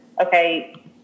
okay